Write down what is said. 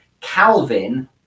Calvin